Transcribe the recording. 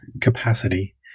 capacity